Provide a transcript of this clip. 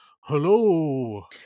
hello